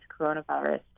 coronavirus